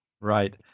Right